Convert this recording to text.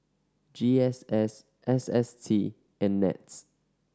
G S S S S T and NETS